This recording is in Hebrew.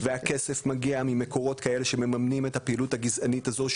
והכסף מגיע ממקורות כאלה שמממנים את הפעילות הגזענית הזו,